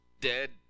dead